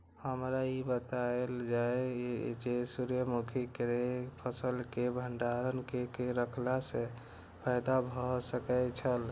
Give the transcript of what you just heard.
हमरा ई बतायल जाए जे सूर्य मुखी केय फसल केय भंडारण केय के रखला सं फायदा भ सकेय छल?